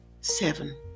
Seven